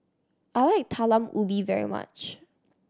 I like Talam Ubi very much